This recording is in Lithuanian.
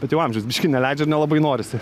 bet jau amžius biškį neleidžia ir nelabai norisi